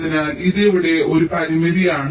അതിനാൽ ഇത് ഇവിടെ ഒരു പരിമിതിയാണ്